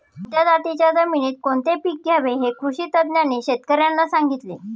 कोणत्या जातीच्या जमिनीत कोणते पीक घ्यावे हे कृषी तज्ज्ञांनी शेतकर्यांना सांगितले